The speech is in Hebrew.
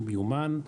הוא מיומן,